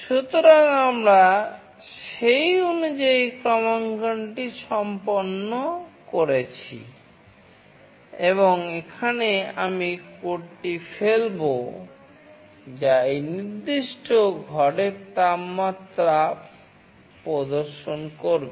সুতরাং আমরা সেই অনুযায়ী ক্রমাঙ্কনটি সম্পন্ন করেছি এবং এখন আমি কোডটি ফেলব যা এই নির্দিষ্ট ঘরের বর্তমান তাপমাত্রা প্রদর্শন করবে